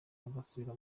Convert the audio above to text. agasubira